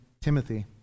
Timothy